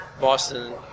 Boston